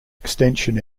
extension